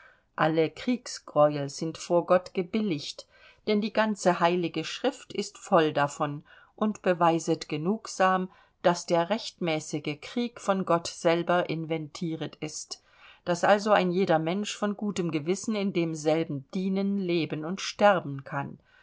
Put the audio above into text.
alle kriegsgreuel sind vor gott gebilligt denn die ganze heilige schrift ist voll davon und beweiset genugsam daß der rechtmäßige krieg von gott selber inventieret ist daß also ein jeder mensch von gutem gewissen in demselben dienen leben und sterben kann